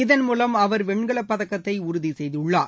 இதன் மூலம் அவர் வெண்கவப் பதக்கத்தை உறுதி செய்துள்ளார்